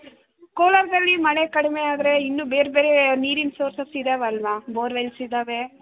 ಕೋಲಾರದಲ್ಲಿ ಮಳೆ ಕಡಿಮೆ ಆದರೆ ಇನ್ನೂ ಬೇರೆ ಬೇರೆ ನೀರಿನ ಸೋರ್ಸಸ್ ಇದ್ದಾವಲ್ವಾ ಬೋರ್ವೆಲ್ಸ್ ಇದ್ದಾವೆ